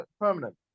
permanent